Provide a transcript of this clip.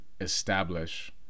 establish